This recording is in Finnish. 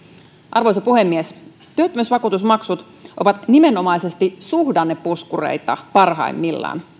arvoisa puhemies työttömyysvakuutusmaksut ovat nimenomaisesti suhdannepuskureita parhaimmillaan